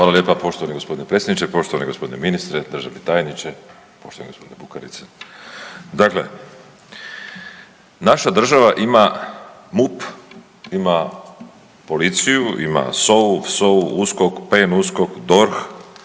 Hvala lijepa poštovani gospodine predsjedniče, poštovani gospodine ministre, državni tajniče, poštovani gospodine Bukarica. Dakle. Naša država ima MUP, ima policiju, SOA-u, VSOA-u, USKOK, PN-USKOK, DORH,